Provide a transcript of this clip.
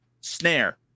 snare